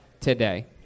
today